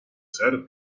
ser